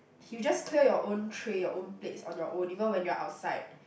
you just clear your own tray your own plates on your own even when you are outside